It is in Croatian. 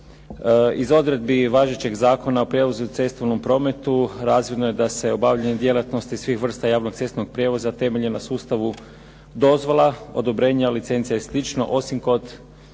Iz odredbi važećeg Zakona o prijevozu u cestovnom prometu razvidno je da se obavljanjem djelatnosti svih vrsta javno cestovnog prijevoza temeljen na temelju sustava dozvola, odobrenja, licenca i slično osim kod